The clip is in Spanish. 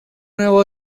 nuevo